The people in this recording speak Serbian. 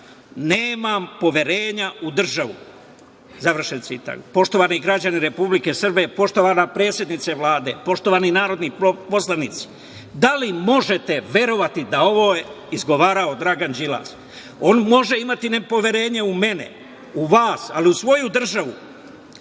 „Nemam poverenja u državu“, završen citat. Poštovani građani Republike Srbije, poštovana predsednice Vlade, poštovani narodni poslanici, da li možete verovati da je ovo izgovarao Dragan Đilas? On može imati nepoverenje u mene, u vas, ali u svoju državu,